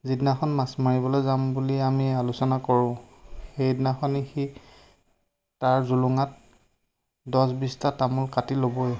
যিদিনাখন মাছ মাৰিবলৈ যাম বুলি আমি আলোচনা কৰোঁ সেইদিনাখনি সি তাৰ জোলোঙাত দহ বিশটা তামোল কাটি ল'বই